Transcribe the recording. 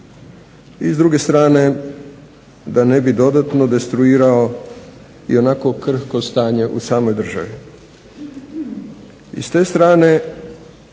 I s druge strane da ne bi dodatno destruirao i onako krhko stanje u samoj državi. I s te strane